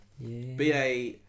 ba